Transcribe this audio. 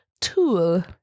Tool